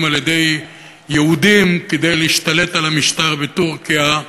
על-ידי יהודים כדי להשתלט על המשטר בטורקיה.